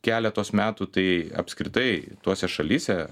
keletos metų tai apskritai tose šalyse